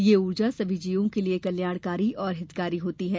यह ऊर्जा सभी जीवों के लिये कल्याणकारी और हितकारी होती है